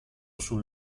sul